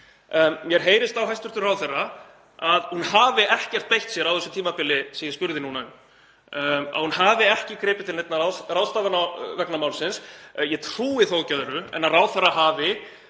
Mér heyrist á hæstv. ráðherra að hún hafi ekkert beitt sér á þessu tímabili sem ég spurði um, hafi ekki gripið til neinna ráðstafana vegna málsins. En ég trúi þó ekki öðru en að ráðherra hafi,